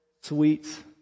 sweets